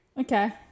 Okay